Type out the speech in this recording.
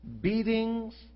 beatings